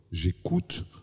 j'écoute